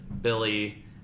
Billy